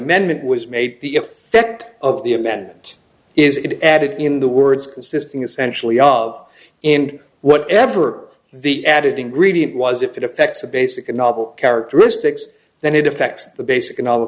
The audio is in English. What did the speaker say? amendment was made the effect of the amendment is it added in the words consisting essentially of and whatever the added ingredient was if it affects the basic novel characteristics then it affects the basic in all